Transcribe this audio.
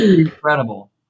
incredible